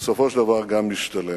ובסופו של דבר גם משתלם.